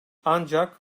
ancak